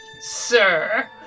sir